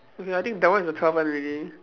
okay I think that one is the twelfth one already